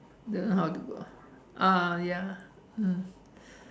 don't know how to go ah ah ya mm